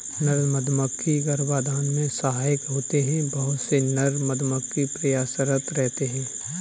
नर मधुमक्खी गर्भाधान में सहायक होते हैं बहुत से नर मधुमक्खी प्रयासरत रहते हैं